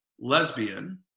lesbian